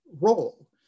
role